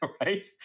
right